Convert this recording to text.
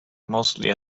mostly